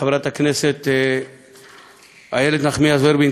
חברת הכנסת איילת נחמיאס ורבין,